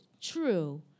true